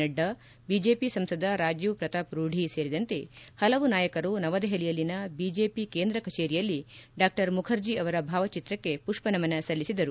ನಡ್ಸಾ BJP ಸಂಸದ ರಾಜೀವ್ ಪ್ರತಾಪ್ ರೂಢಿ ಸೇರಿದಂತೆ ಪಲವು ನಾಯಕರು ನವದೆಹಲಿಯಲ್ಲಿನ ಬಿಜೆಪಿ ಕೇಂದ್ರ ಕಚೇರಿಯಲ್ಲಿ ಡಾ ಮುಖರ್ಜಿ ಅವರ ಭಾವಚಿತ್ರಕ್ಕೆ ಪುಷ್ವ ನಮನ ಸಲ್ಲಿಸಿದರು